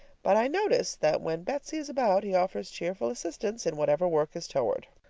but i notice that when betsy is about, he offers cheerful assistance in whatever work is toward.